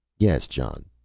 yes, john,